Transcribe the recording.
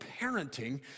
parenting